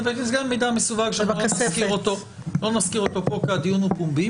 זה במסגרת מידע מסווג שאנחנו לא נזכיר אותו פה כי הדיון הוא פומבי,